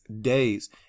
days